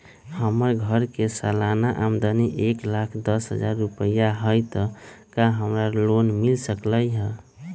हमर घर के सालाना आमदनी एक लाख दस हजार रुपैया हाई त का हमरा लोन मिल सकलई ह?